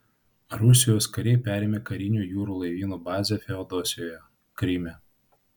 rusijos kariai perėmė karinio jūrų laivyno bazę feodosijoje kryme